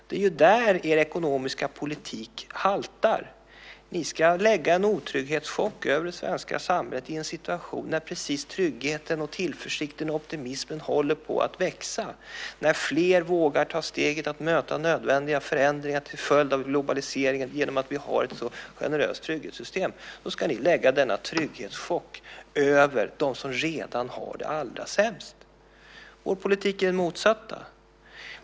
Det är ju där er ekonomiska politik haltar! Ni ska lägga en otrygghetschock över det svenska samhället i en situation när tryggheten, tillförsikten och optimismen precis håller på att växa. När fler vågar ta steget att möta nödvändiga förändringar till följd av globaliseringen genom att vi har ett så generöst trygghetssystem, då ska ni lägga denna otrygghetschock över dem som redan har det allra sämst. Vår politik är den motsatta.